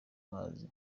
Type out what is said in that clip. mazi